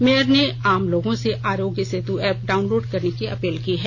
mayor ने आम लोगों से आरोग्य सेतु एप डाउनलोड करने की अपील की है